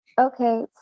Okay